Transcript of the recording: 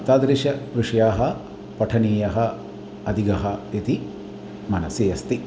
तादृशाः विषयाः पठनीयाः अधिकाः इति मनसि अस्ति